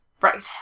Right